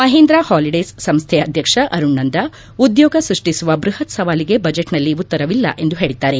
Mahindra holidays ಸಂಸ್ಥೆ ಅಧ್ಯಕ್ಷ ಅರುಣ್ ನಂದಾ ಉದ್ಯೋಗ ಸೃಷ್ಷಿಸುವ ಬೃಹತ್ ಸವಾಲಿಗೆ ಬಜೆಟ್ನಲ್ಲಿ ಉತ್ತರವಿಲ್ಲ ಎಂದು ಹೇಳಿದ್ದಾರೆ